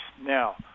Now